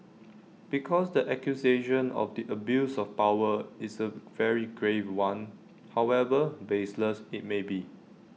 because the accusation of the abuse of power is A very grave one however baseless IT may be